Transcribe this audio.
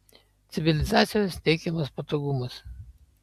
civilizacijos teikiamas patogumas